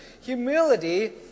Humility